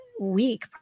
week